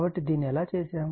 కాబట్టి దీన్ని ఎలా చేసాము